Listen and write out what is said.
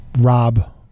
Rob